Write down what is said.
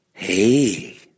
Hey